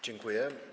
Dziękuję.